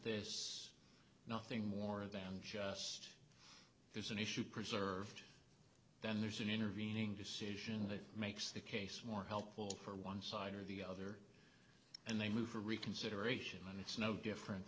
this nothing more than just there's an issue preserved then there's an intervening decision that makes the case more helpful for one side or the other and they move for reconsideration and it's no different